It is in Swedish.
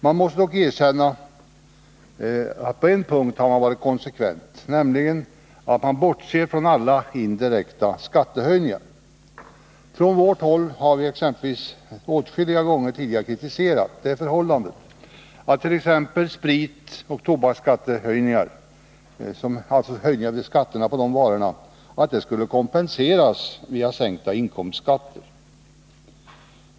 Vi måste dock erkänna att majoriteten på en punkt har varit konsekvent — man bortser från alla indirekta skattehöjningar. Från vårt håll har vi åtskilliga gånger kritiserat det förhållandet att t.ex. spritoch tobaksskattehöjningar skulle kompenseras via sänkta inkomstskatter.